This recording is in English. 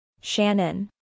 Shannon